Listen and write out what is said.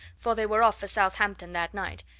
for they were off for southampton that night,